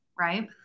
right